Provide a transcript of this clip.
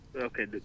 Okay